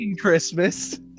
Christmas